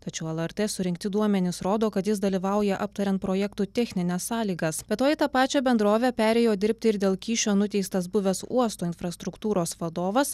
tačiau lrt surinkti duomenys rodo kad jis dalyvauja aptariant projektų technines sąlygas be to į tą pačią bendrovę perėjo dirbti ir dėl kyšio nuteistas buvęs uosto infrastruktūros vadovas